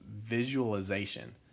visualization